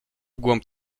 głąb